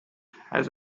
has